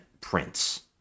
prince